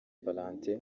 valentin